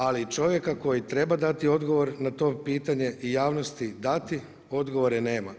Ali čovjeka koji treba dati odgovor na to pitanje i javnosti dati odgovore nema.